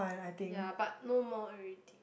ya but no more already